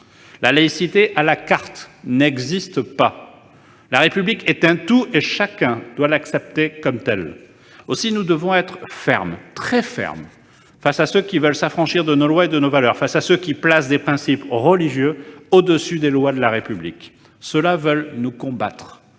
La laïcité à la carte n'existe pas. La République est un tout et chacun doit l'accepter comme tel. Aussi, nous devons être fermes, très fermes face à ceux qui veulent s'affranchir de nos lois et de nos valeurs, face à ceux qui placent des principes religieux au-dessus des lois de la République. Ceux-là veulent nous combattre,